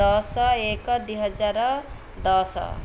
ଦଶ ଏକ ଦୁଇ ହଜାର ଦଶ